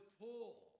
pull